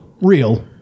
real